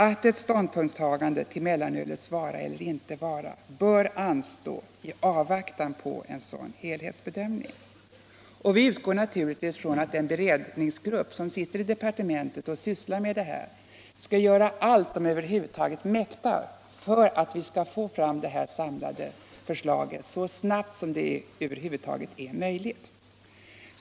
Ett ståndpunktstagande till mellanölets vara eller inte vara bör därför anstå i avvaktan på en sådan helhetsbedömning. Vi utgår naturligtvis från att den beredningsgrupp som i departementet sysslar med denna fråga skall göra allt den över huvud taget mäktar för att få fram detta samlade förslag så snabbt som möjligt.